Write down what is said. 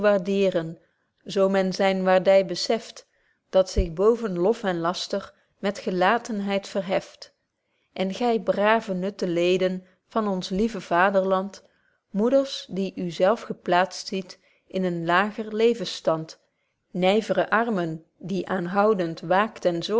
zo men zyn waardy bezeft dat zich boven lof en laster met gelatenheid verheft en gy brave nutte leden betje wolff proeve over de opvoeding van ons lieve vaderland moeders die u zelf geplaatst ziet in een lager levensstand nyvere armen die aanhoudend waakt en